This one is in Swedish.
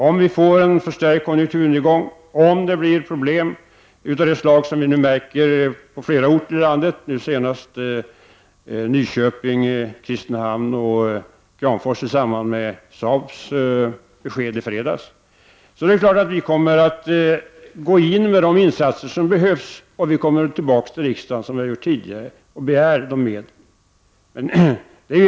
Om det blir en förstärkt konjunkturnedgång, om det blir problem av det slag som vi nu märker på flera orter i landet — nu senast i Nyköping, Kristinehamn och i Kramfors i samband med SAABSs besked i fredags — är det klart att vi kommer att gå in med de insatser som behövs. Vi kommer då tillbaka, som vi tidigare har gjort, till riksdagen och begär dessa medel.